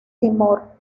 timor